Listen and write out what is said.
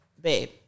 babe